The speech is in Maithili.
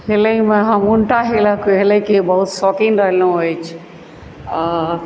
स्विमिङ मे हम उल्टा हेलैके बहुत शौकिन रहलहुँ अछि